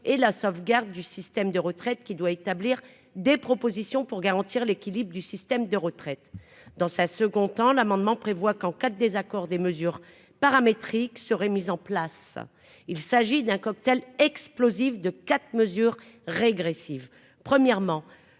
et la sauvegarde du système de retraites qui doit établir des propositions pour garantir l'équilibre du système de retraite dans ça se comptant l'amendement prévoit qu'en cas de désaccord des mesures paramétrique seraient mises en place, il s'agit d'un cocktail explosif de 4 mesures régressives premièrement